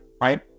right